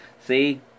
see